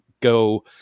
go